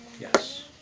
Yes